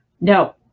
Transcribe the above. No